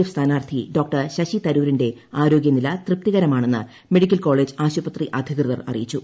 F സ്ഥാനാർത്ഥി Dr Shashi തരുരിന്റെ ആരോഗ്യനില തൃപ്തികരമാ ണെന്ന് മെഡിക്കൽ കോളേജ് ആശുപത്രി അധികൃതർ അറിയിച്ചു